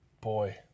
Boy